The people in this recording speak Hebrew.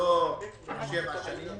לא שבע שנים,